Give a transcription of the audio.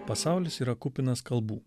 pasaulis yra kupinas kalbų